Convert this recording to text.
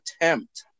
attempt